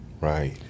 Right